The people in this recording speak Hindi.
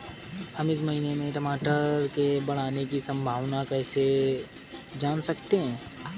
हम इस महीने में टमाटर के बढ़ने की संभावना को कैसे जान सकते हैं?